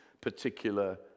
particular